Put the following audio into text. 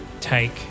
take